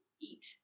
eat